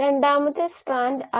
ഒരു പരിധിവരെ ബന്ധപ്പെട്ടിരിക്കാം കാരണം മിച്ചലിന്റെ ഒരു സിദ്ധാന്തം ഉണ്ട്